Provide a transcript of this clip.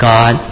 God